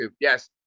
yes